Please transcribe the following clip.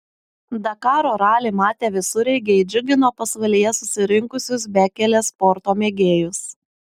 dakaro ralį matę visureigiai džiugino pasvalyje susirinkusius bekelės sporto mėgėjus